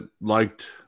liked